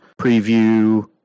preview